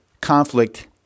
conflict